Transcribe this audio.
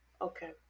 Okay